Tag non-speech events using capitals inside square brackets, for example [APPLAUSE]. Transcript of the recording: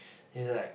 [NOISE] either like